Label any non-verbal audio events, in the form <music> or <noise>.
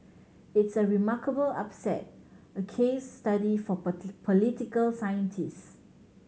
it's a remarkable upset a case study for <unintelligible> political scientist